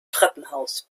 treppenhaus